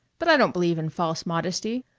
but i don't believe in false modesty.